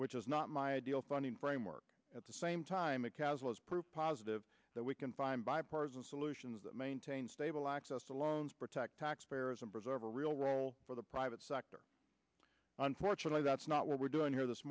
which is not my ideal funding framework at the same time a castle is proof positive that we can find bipartisan solutions that maintain stable access to loans protect taxpayers and preserve a real role for the private sector unfortunately that's not what we're doing here this